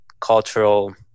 cultural